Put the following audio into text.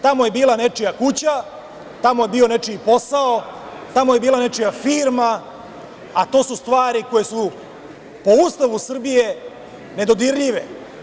Tamo je bila nečija kuća, tamo je bio nečiji posao, tamo je bila nečija firma, a to su stvari koje su, po Ustavu Srbije, nedodirljive.